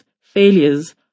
failures